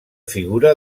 figura